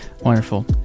Wonderful